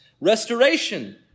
Restoration